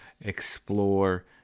explore